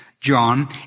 John